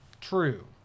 True